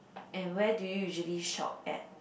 and where do you usually shop at